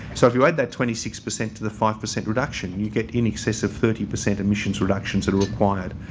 so, if you add that twenty six percent to the five percent reduction you get in excess of thirty percent emissions reductions that are required.